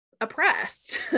oppressed